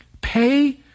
Pay